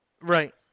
Right